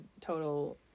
total